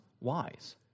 wise